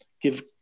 give